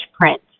print